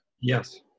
Yes